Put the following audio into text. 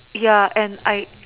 ya and I